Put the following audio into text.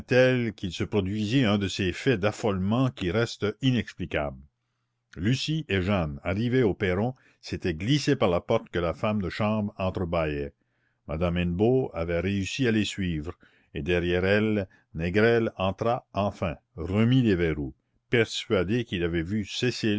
qu'il se produisit un de ces faits d'affolement qui restent inexplicables lucie et jeanne arrivées au perron s'étaient glissées par la porte que la femme de chambre entrebâillait madame hennebeau avait réussi à les suivre et derrière elles négrel entra enfin remit les verrous persuadé qu'il avait vu cécile